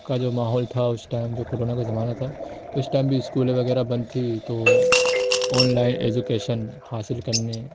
کا جو ماحول تھا اس ٹائم جو کرونا کا زمانہ تھا اس ٹائم بھی اسکولیں وغیرہ بند تھی تو آن لائن ایجوکیشن حاصل کرنے